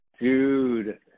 Dude